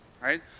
right